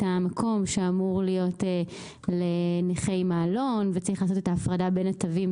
המקום שאמור להיות לנכה עם מעלון וצריך לעשות את ההפרדה בין התווים,